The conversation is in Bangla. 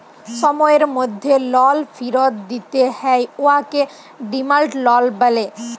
সময়ের মধ্যে লল ফিরত দিতে হ্যয় উয়াকে ডিমাল্ড লল ব্যলে